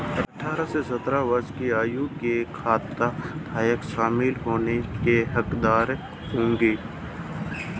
अठारह से सत्तर वर्ष की आयु के खाताधारक शामिल होने के हकदार होंगे